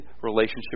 relationship